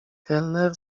kelner